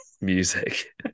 music